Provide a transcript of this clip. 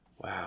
Wow